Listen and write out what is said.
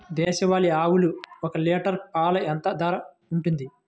దేశవాలి ఆవులు ఒక్క లీటర్ పాలు ఎంత ధర ఉంటుంది?